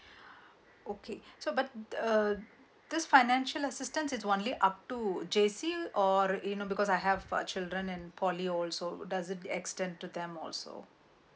okay so but uh this financial assistance is only up to J_C or you know because I have uh children in poly also does it extend to them also